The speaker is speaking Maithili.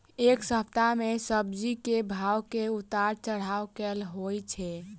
एक सप्ताह मे सब्जी केँ भाव मे उतार चढ़ाब केल होइ छै?